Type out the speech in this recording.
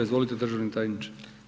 Izvolite državni tajniče.